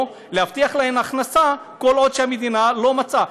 או להבטיח להן הכנסה כל עוד המדינה לא מצאה.